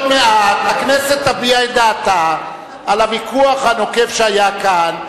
עוד מעט הכנסת תביע את דעתה על הוויכוח הנוקב שהיה כאן.